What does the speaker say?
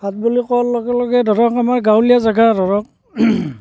ভাত বুলি কোৱাৰ লগে লগে ধৰক আমাৰ গাঁৱলীয়া জেগা ধৰক